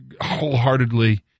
wholeheartedly